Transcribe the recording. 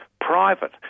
Private